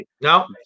No